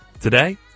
Today